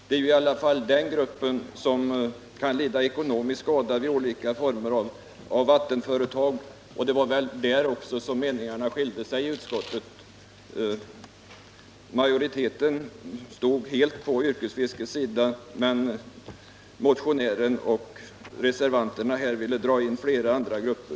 Det är ju i alla fall den gruppen som kan lida ekonomisk skada vid olika former av vattenföretag. Det var där som meningarna skilde sig i utskottet. Majoriteten stod helt på yrkesfiskets sida, medan motionärerna och reservanterna ville dra in flera andra grupper.